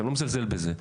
אני לא מזלזל בזה.